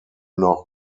noch